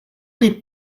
n’est